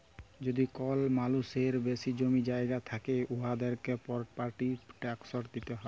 যদি কল মালুসের বেশি জমি জায়গা থ্যাকে উয়াদেরকে পরপার্টি ট্যাকস দিতে হ্যয়